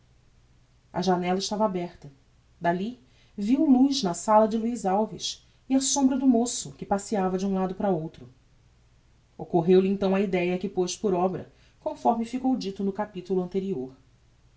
a janella estava aberta dalli viu luz na sala de luiz alves e a sombra do moço que passeava de um lado para outro occorreu lhe então a ideia que poz por obra conforme ficou dito no capitulo anterior